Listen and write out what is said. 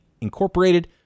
Incorporated